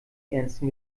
ernsten